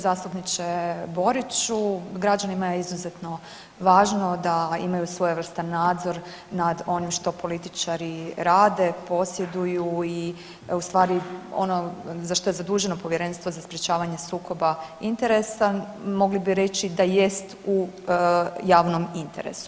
Zastupniče Boriću građanima je izuzetno važno da imaju svojevrstan nadzor nad onim što političari rade, posjeduju i u stvari ono za što je zaduženo Povjerenstvo za sprječavanje sukoba interesa mogli bi reći da jest u javnom interesu.